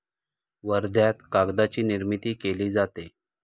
वर्ध्यात कागदाची निर्मिती केली जाते